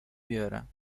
بیارم